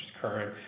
current